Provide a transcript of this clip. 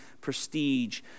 prestige